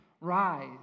Rise